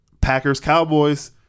Packers-Cowboys